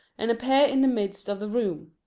and appear in the midst of the room.